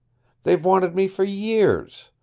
they've wanted me for years.